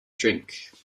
drink